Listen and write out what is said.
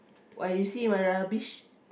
why you see my rubbish